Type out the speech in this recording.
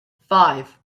five